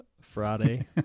Friday